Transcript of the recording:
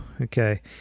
okay